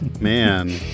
man